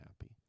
happy